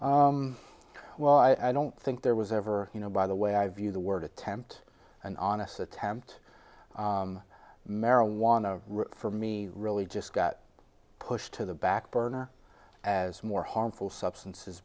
well i don't think there was ever you know by the way i view the word attempt an honest attempt marijuana for me really just got pushed to the backburner as more harmful substances